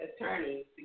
attorneys